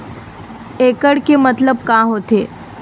एकड़ के मतलब का होथे?